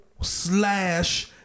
slash